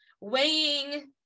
weighing